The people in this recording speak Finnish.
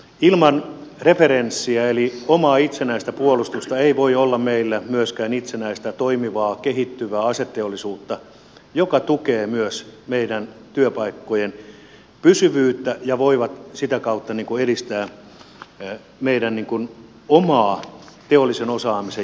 ilman referenssiä eli omaa itsenäistä puolustusta meillä ei voi olla myöskään itsenäistä toimivaa kehittyvää aseteollisuutta joka tukee myös meidän työpaikkojemme pysyvyyttä ja voi sitä kautta edistää meidän oman teollisen osaamisen jatkuvuutta